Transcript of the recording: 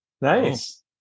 Nice